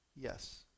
Yes